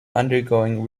undergoing